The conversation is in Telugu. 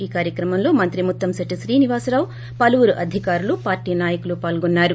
ఈ కార్యక్రమంలో మంత్రి ముత్తంశెట్లి శ్రీనివాస్ రావు పలువురు అధికారులు పార్బీ నాయకులు పాల్గొన్నారు